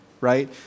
right